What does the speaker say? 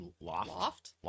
loft